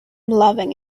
loving